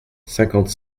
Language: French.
cinquante